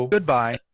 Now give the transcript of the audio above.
Goodbye